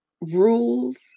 rules